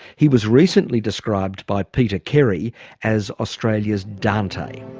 he was recently described by peter kerry as australia's dante.